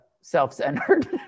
self-centered